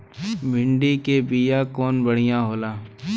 भिंडी के बिया कवन बढ़ियां होला?